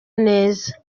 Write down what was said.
neza